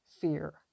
fear